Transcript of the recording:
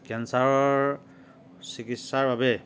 কেঞ্চাৰৰ চিকিৎসাৰ বাবে